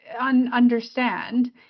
understand